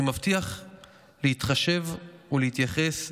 אני מבטיח להתחשב ולהתייחס,